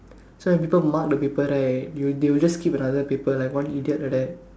so when people mark the paper right you they will they will just keep the other paper like one idiot like that